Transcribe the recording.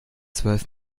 zwölf